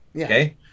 Okay